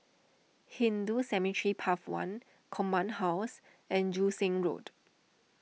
Hindu Cemetery Path one Command House and Joo Seng Road